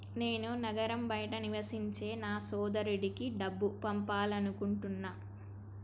నేను నగరం బయట నివసించే నా సోదరుడికి డబ్బు పంపాలనుకుంటున్నా